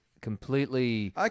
completely